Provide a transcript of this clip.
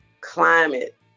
climate